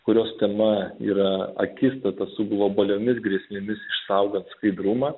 kurios tema yra akistata su globaliomis grėsmėmis išsaugant skaidrumą